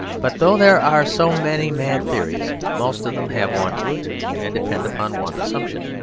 but though there are so many mad theories, most of them have one root and depend upon one assumption.